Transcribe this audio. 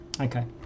Okay